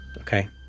Okay